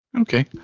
Okay